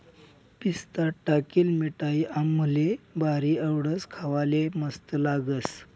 पिस्ता टाकेल मिठाई आम्हले भारी आवडस, खावाले मस्त लागस